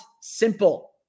simple